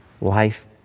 life